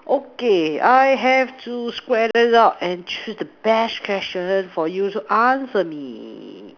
okay I have to Square it out and choose the best question for you to answer me